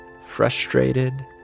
frustrated